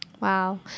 wow